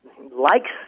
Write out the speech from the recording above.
likes